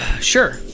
Sure